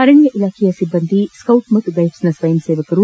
ಅರಣ್ಯ ಇಲಾಖೆಯ ಸಿಬ್ಬಂದಿ ಸೌಟ್ ಹಾಗೂ ಗೈಡ್ಗೆನ ಸ್ವಯಂ ಸೇವಕರು